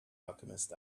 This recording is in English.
alchemist